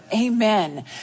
Amen